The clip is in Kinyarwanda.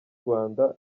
rwanda